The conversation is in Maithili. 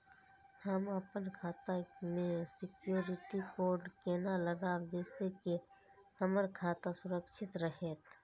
हम अपन खाता में सिक्युरिटी कोड केना लगाव जैसे के हमर खाता सुरक्षित रहैत?